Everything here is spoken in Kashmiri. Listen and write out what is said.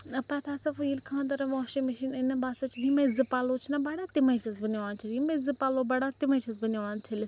ٲں پَتہٕ ہسا وۄنۍ ییٚلہِ خانٛدارَن واشِنٛگ مِشیٖن أنۍ نا بہٕ ہَسا چھیٚس یِمٔے زٕ پَلوٚو چھِ نا بَڑان تِمٔے چھیٚس بہٕ نِوان چھٔلِتھ یِمٔے زٕ پَلوٚو بَڑان تِمٔے چھیٚس بہٕ نوان چھٔلِتھ